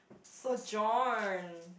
so John